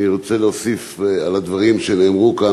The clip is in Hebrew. אני רוצה להוסיף על הדברים שנאמרו כאן.